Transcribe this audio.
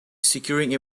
securing